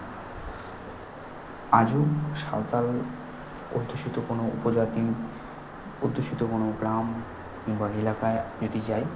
আজও সাঁওতাল অধ্যুষিত কোনও উপজাতি অধ্যুষিত কোনও গ্রাম বা এলাকায় যদি যাই